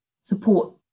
support